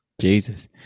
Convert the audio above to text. Jesus